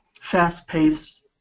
fast-paced